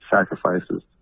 sacrifices